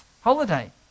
holiday